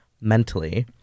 mentally